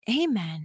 Amen